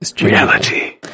Reality